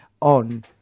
on